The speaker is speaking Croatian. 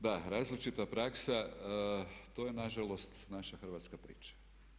Da, različita praksa to je nažalost naša hrvatska priča.